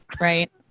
right